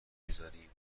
میذارین